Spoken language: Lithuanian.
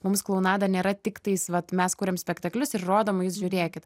mums klounadą nėra tiktais vat mes kuriam spektaklius ir rodom o jūs žiūrėkit